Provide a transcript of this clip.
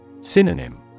Synonym